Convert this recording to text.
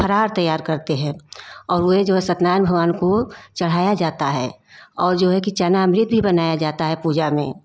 फराहर तैयार करते है और वे है जो सत्य नारायण भगवान को चढ़ाया जाता है और जो है कि चरणामृत भी बनाया जाता है पूजा में